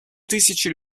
тысячи